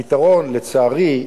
הפתרון, לצערי,